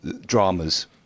dramas